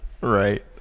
Right